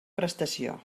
prestació